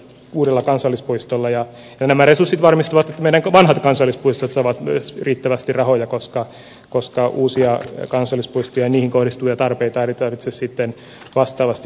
uudella kansallispuistolla ja merisusi varmistuvat vedet ovat kansallispuistot saavat myös riittävästi rahoja koska koska uusia kansallispuistoja niihin kohdistuvia tarpeita eri tarvitse sitten vastaavasti